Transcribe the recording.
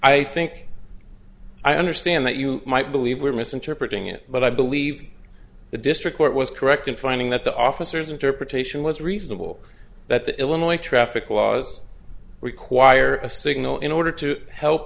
i think i understand that you might believe we're misinterpreting it but i believe the district court was correct in finding that the officers interpretation was reasonable that the illinois traffic laws require a signal in order to help